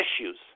issues